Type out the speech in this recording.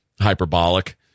hyperbolic